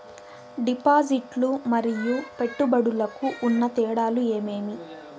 డిపాజిట్లు లు మరియు పెట్టుబడులకు ఉన్న తేడాలు ఏమేమీ?